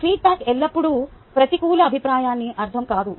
feedback ఎల్లప్పుడూ ప్రతికూల అభిప్రాయాన్ని అర్ధం కాదు